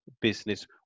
business